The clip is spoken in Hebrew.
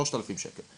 שלושת אלפים שקל.